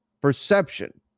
perception